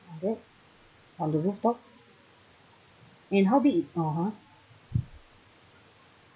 for that on the roof top and how big it (uh huh)